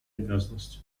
обязанности